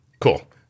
Cool